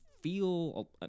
feel